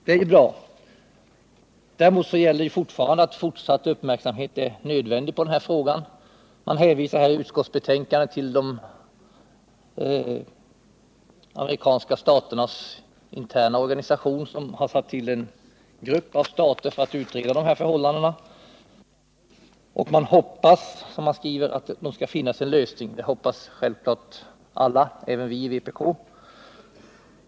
Det är bra. Utskottet hänvisar i betänkandet till de amerikanska staternas interna organisation, som tillsatt en grupp för att utreda förhållandena i Nicaragua. Utskottet hoppas att man skall finna en lösning. Det hoppas självfallet alla — även vi i vpk.